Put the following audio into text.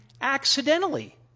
accidentally